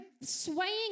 swaying